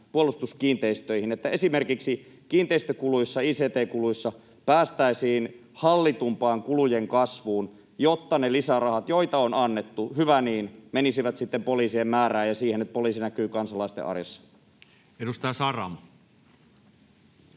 Puolustuskiinteistöihin, niin että esimerkiksi kiinteistökuluissa ja ict-kuluissa päästäisiin hallitumpaan kulujen kasvuun, jotta ne lisärahat, joita on annettu — hyvä niin — menisivät sitten poliisien määrään ja siihen, että poliisi näkyy kansalaisten arjessa? [Speech